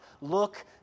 look